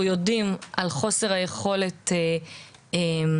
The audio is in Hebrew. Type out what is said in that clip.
אנחנו יודעים על חוסר היכולת של מערכות